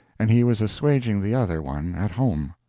and he was assuaging the other one at home.